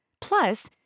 Plus